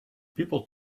people